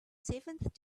seventh